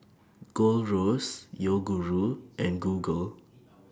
Gold Roast Yoguru and Google